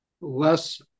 less